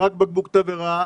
נזרק בקבוק תבערה,